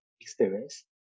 experience